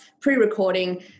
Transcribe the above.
pre-recording